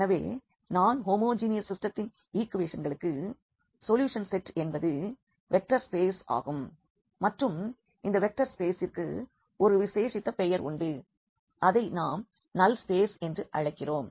எனவே நான் ஹோமோஜீனியஸ் சிஸ்டத்தின் ஈக்குவேஷன்களுக்கு சொல்யூஷன் செட் என்பது வெக்டர் ஸ்பேஸ் ஆகும் மற்றும் இந்த வெக்டர் ஸ்பேசிற்கு ஒரு விசேஷித்த பெயர் உண்டு அதை நாம் நல் ஸ்பேஸ் என்று அழைக்கிறோம்